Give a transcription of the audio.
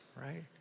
right